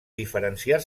diferenciar